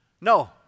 No